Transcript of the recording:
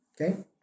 Okay